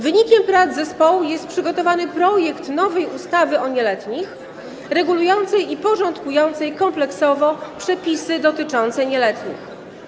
Wynikiem prac zespołu jest przygotowany projekt nowej ustawy o nieletnich, regulującej i porządkującej kompleksowo przepisy dotyczące nieletnich.